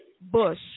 Bush